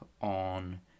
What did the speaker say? on